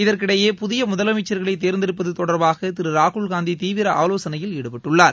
இதற்கிடையே புதிய முதலமைச்சர்களை தேர்ந்தெடுப்பது தொடர்பாக திரு ராகுல்காந்தி தீவிர ஆலோசனையில் ஈடுபட்டுள்ளார்